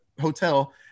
hotel